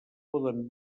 poden